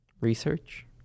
research